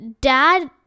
Dad